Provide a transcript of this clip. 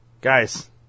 guys